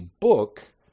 book